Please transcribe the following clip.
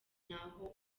naho